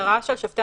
שהמטרה של שופטי